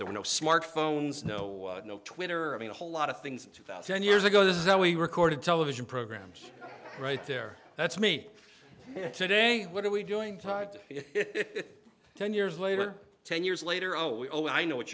were no smartphones no twitter i mean a whole lot of things two thousand years ago this is how we recorded television programs right there that's me today what are we doing tied to ten years later ten years later oh i know what